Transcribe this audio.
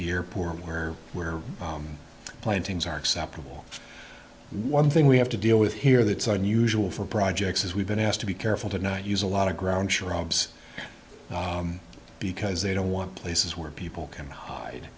the airport or where plantings are acceptable one thing we have to deal with here that's unusual for projects as we've been asked to be careful to not use a lot of ground sure robs because they don't want places where people can hide